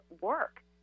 work